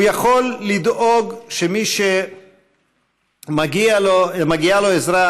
הוא יכול לדאוג שמי שמגיעה לו עזרה,